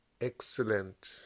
excellent